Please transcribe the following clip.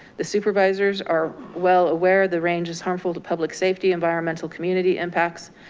the supervisors are well aware, the range is harmful to public safety, environmental community impacts.